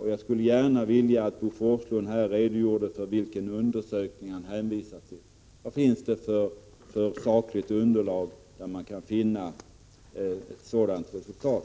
och jag skulle gärna vilja att Bo Forslund här redogjorde för vilken undersökning han hänvisar till. Vad finns det för sakligt underlag där man kan finna ett sådant resultat?